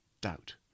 doubt